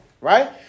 right